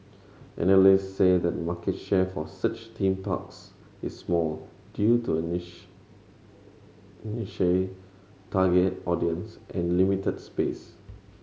analysts say the market share for such theme parks is small due to a niche target audience and limited space